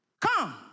Come